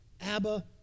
Abba